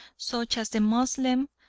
such as the moslem,